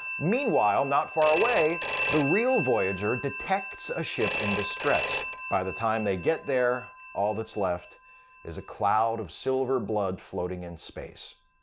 meanwhile, not far away, away, the real voyager detects a ship in distress. by the time they get there, all that's left is a cloud of silver blood floating in space.